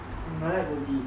mm I like gollie